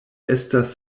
estas